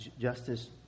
Justice